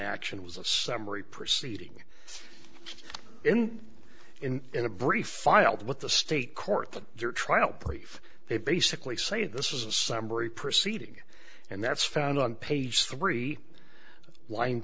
action was a summary proceeding in in in a brief filed with the state court that their trial brief they basically say this is a summary proceeding and that's found on page three lin